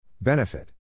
Benefit